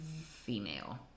female